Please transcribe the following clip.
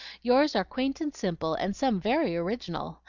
yours are quaint and simple and some very original.